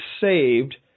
saved –